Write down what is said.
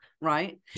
right